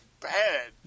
bad